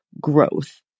growth